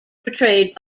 portrayed